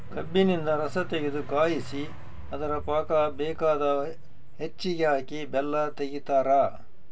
ಕಬ್ಬಿನಿಂದ ರಸತಗೆದು ಕಾಯಿಸಿ ಅದರ ಪಾಕ ಬೇಕಾದ ಹೆಚ್ಚಿಗೆ ಹಾಕಿ ಬೆಲ್ಲ ತೆಗಿತಾರ